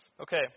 Okay